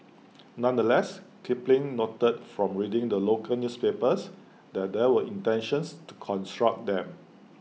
nonetheless Kipling noted from reading the local newspapers that there were intentions to construct them